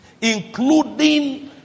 including